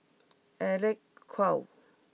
Alec Kuok